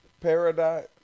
Paradise